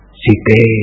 site